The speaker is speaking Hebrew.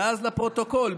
ואז לפרוטוקול,